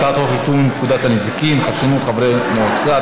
הצעת חוק לתיקון פקודת הנזיקין (חסינות חברי מועצה),